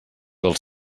dels